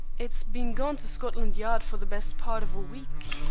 it's been gone to scotland yard for the best part of a week.